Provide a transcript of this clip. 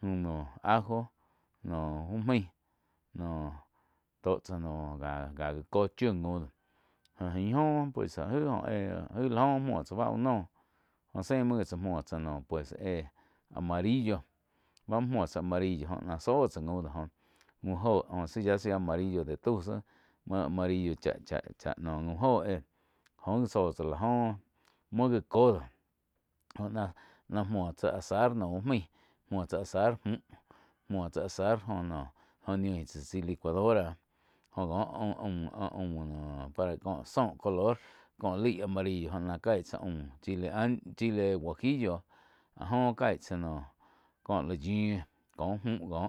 Góh no ajo noh úh main noh tó tsá noh cá-cá gá có chiu jaum joh ain joh pues aig óh éh jaíh la joh muo tsá báh úh noh jóh se muo tsá muo tsá noh pues éh amarrillo báh muo, muo tsá amarillo joh ná zóh tsá jaum, jaum óho yáh seá amarillo de tau zih amarillo cha-cha naum jaum joh éh joh gi zóh tsá la joh muo gá co déh joh ná-ná muo tsá asar uh maíh, muo tsá asar muh, muo tsá asar jóh. No niun tsá chái licuadora jó ko aum-aum para que có zóh color có laig amarillo góh náh caig tsá aum chile ancho, chile guajillo áh gó caig tsáh jóh cóh la yiuh có muh cóh